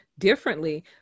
differently